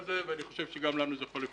ואני חושב שגם לנו זה יכול לתרום.